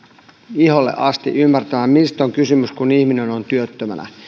iholle asti ymmärtämään mistä on kysymys kun ihminen on työttömänä